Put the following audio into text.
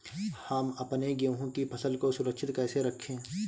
हम अपने गेहूँ की फसल को सुरक्षित कैसे रखें?